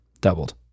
Doubled